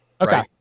Okay